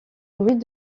bruit